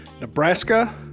Nebraska